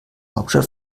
hauptstadt